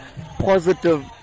positive